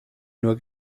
nur